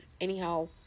anyhow